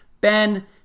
Ben